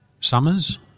Summers